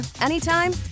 anytime